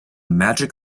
magic